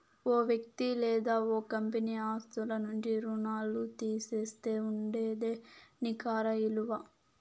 ఓ వ్యక్తి లేదా ఓ కంపెనీ ఆస్తుల నుంచి రుణాల్లు తీసేస్తే ఉండేదే నికర ఇలువ